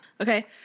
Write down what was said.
Okay